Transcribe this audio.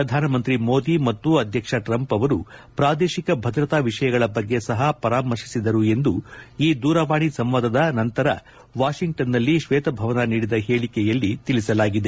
ಶ್ರಧಾನಮಂತ್ರಿ ಮೋದಿ ಮತ್ತು ಅಧ್ಯಕ್ಷ ಟ್ರಂಪ್ ಅವರು ಪ್ರಾದೇಶಕ ಭದ್ರತಾ ವಿಷಯಗಳ ಬಗ್ಗೆ ಸಹ ಪರಾಮರ್ಶಿಸಿದರು ಎಂದು ಈ ದೂರವಾಣಿ ಸಂವಾದದ ನಂತರ ವಾಷಿಂಗ್ಟನ್ನಲ್ಲಿ ಕ್ವೇತಭವನ ನೀಡಿದ ಹೇಳಕೆಯಲ್ಲಿ ತಿಳಿಸಲಾಗಿದೆ